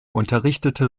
unterrichtete